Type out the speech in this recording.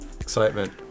Excitement